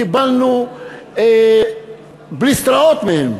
קיבלנו בליסטראות מהם,